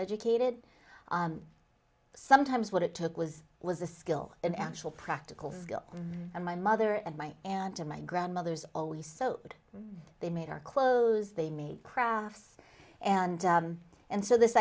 undereducated sometimes what it took was was a skill an actual practical skill and my mother and my aunt and my grandmothers always so they made our clothes they made crafts and and so this